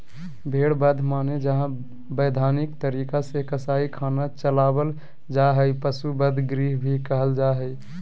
भेड़ बध माने जहां वैधानिक तरीका से कसाई खाना चलावल जा हई, पशु वध गृह भी कहल जा हई